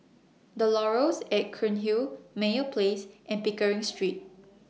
The Laurels At Cairnhill Meyer Place and Pickering Street